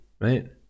right